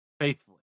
Faithfully